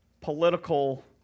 political